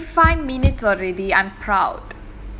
dey we are thirty five minutes already I'm proud